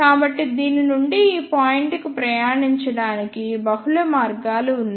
కాబట్టి దీని నుండి ఈ పాయింట్ కు ప్రయాణించడానికి బహుళ మార్గాలు ఉన్నాయి